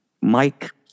Mike